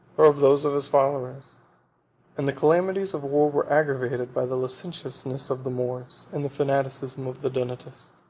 or of those of his followers and the calamities of war were aggravated by the licentiousness of the moors, and the fanaticism of the donatists.